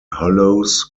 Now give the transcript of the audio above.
hollows